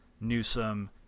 Newsom